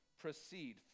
proceed